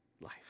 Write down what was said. life